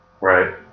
Right